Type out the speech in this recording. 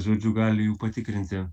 žodžiu gali jų patikrinti